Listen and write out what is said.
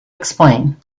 explain